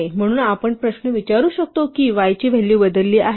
म्हणून आपण प्रश्न विचारू शकतो की y ची व्हॅल्यू बदलली आहे का